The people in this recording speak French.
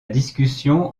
discussion